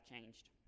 changed